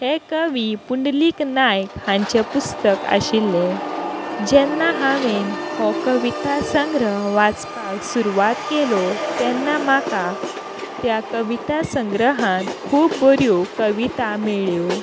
हें कवी पुंडलीक नायक हांचें पुस्तक आशिल्लें जेन्ना हांवें हो कविता संग्रह वाचपाक सुरवात केलो तेन्ना म्हाका त्या कविता संग्रहांत खूब बऱ्यो कविता मेळ्ळ्यो